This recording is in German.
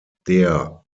der